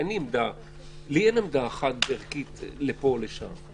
אין לי עמדה אחת ערכית לפה או לשם.